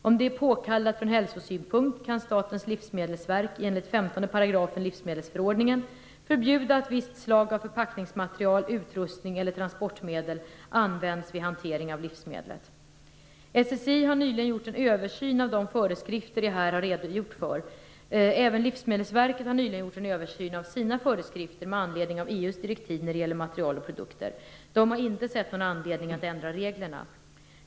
Om det är påkallat från hälsosynpunkt kan Statens livsmedelsverk, enligt 15 § livsmedelsförordningen förbjuda att visst slag av förpackningsmaterial, utrustning eller transportmedel används vid hantering av livsmedlet. SSI har nyligen gjort en översyn av de föreskrifter jag här har redogjort för. Även Livsmedelsverket har nyligen gjort en översyn av sina föreskrifter med anledning av EU:s direktiv när det gäller material och produkter. De har inte sett någon anledning att ändra reglerna.